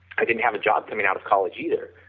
i didn't have a job coming out of college either,